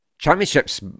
Championship's